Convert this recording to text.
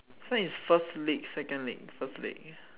this one is first leg second leg first leg